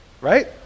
right